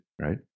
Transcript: Right